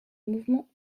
mouvement